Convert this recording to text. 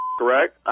correct